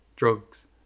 Drugs